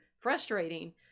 frustrating